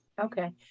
okay